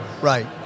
Right